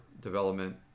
development